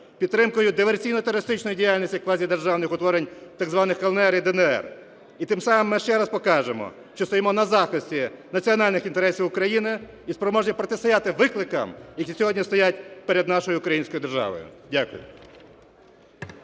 підтримкою диверсійно-терористичної діяльності квазідержавних утворень так званих "ЛНР" і "ДНР". І тим самим ми ще раз покажемо, що стоїмо на захисті національних інтересів України і спроможні протистояти викликам, які сьогодні стоять перед нашою українською державою. Дякую.